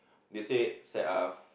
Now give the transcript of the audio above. they said don't have